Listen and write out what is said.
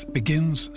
begins